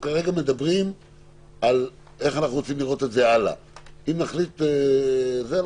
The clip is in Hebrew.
רק בקניונים והרחבנו את זה לכל המקומות.